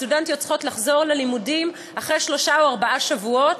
הסטודנטיות צריכות לחזור ללימודים אחרי שלושה או ארבעה שבועות.